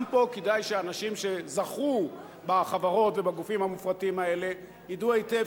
גם פה כדאי שאנשים שזכו בחברות ובגופים המופרטים האלה ידעו היטב